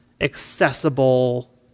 accessible